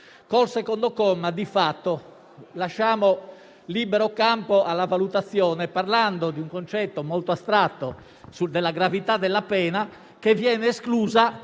con il comma 2, di fatto si lascia libero campo alla valutazione ricorrendo ad un concetto molto astratto di gravità della pena, che viene esclusa